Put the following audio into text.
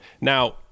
Now